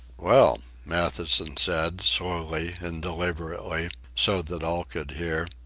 well, matthewson said, slowly and deliberately, so that all could hear,